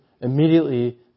Immediately